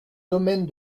domaine